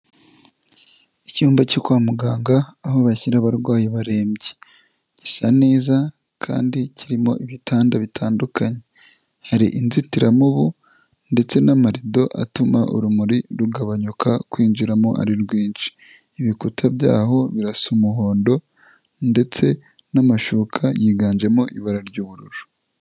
Icyumba cyo kwa muganga aho bashyira abarwayi barembye. Gisa neza kandi kirimo ibitanda bitandukanye. Hari inzitiramubu ndetse n'amarido atuma urumuri rugabanyuka kwinjiramo ari rwinshi. Ibikuta by'aho birasa umuhondo ndetse n'amashuka yiganjemo ibara ry'ubururu.